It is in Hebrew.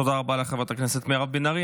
תודה רבה לחברת הכנסת מירב בן ארי.